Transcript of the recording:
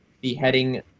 beheading